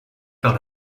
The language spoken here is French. par